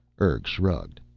urg shrugged.